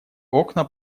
окна